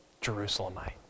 Jerusalemite